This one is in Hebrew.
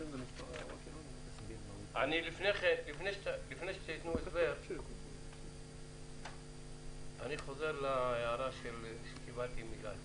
לפני שתתנו הסבר אני חוזר להערה שקיבלתי מגל.